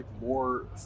more